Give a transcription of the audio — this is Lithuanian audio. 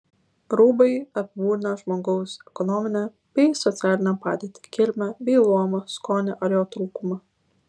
rūbai apibūdina žmogaus ekonominę bei socialinę padėtį kilmę bei luomą skonį ar jo trūkumą